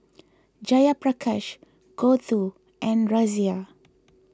Jayaprakash Gouthu and Razia